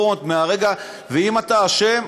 ואם אתה אשם,